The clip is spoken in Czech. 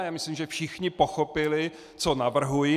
Myslím, že všichni pochopili, co navrhuji.